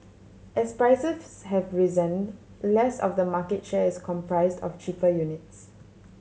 as prices have risen less of the market share is comprised of cheaper units